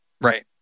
Right